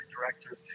director